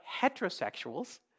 heterosexuals